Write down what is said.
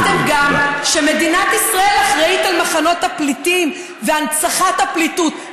אמרתם גם שמדינת ישראל אחראית על מחנות הפליטים והנצחת הפליטות.